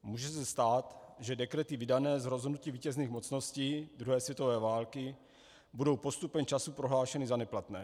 Může se stát, že dekrety vydané z rozhodnutí vítězných mocností druhé světové války budou postupem času prohlášeny za neplatné.